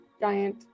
giant